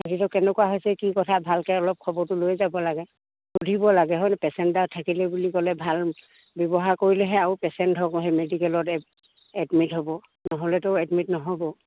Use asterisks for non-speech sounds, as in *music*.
তাকেতো কেনেকুৱা হৈছে কি কথা ভালকে অলপ খবৰটো লৈ যাব লাগে সুধিব লাগে হয় ন *unintelligible* থাকিলে বুলি ক'লে ভাল ব্যৱহাৰ কৰিলেহে আৰু পেচেণ্ট *unintelligible* সেই মেডিকেলত এডমিট হ'ব নহ'লেতো এডমিট নহ'ব